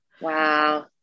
wow